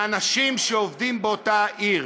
לאנשים שעובדים באותה עיר.